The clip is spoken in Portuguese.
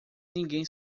ninguém